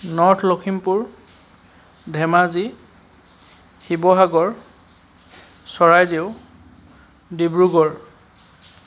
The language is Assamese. নৰ্থ লখিমপুৰ ধেমাজি শিৱসাগৰ চৰাইদেউ ডিব্ৰুগড়